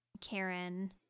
Karen